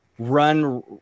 run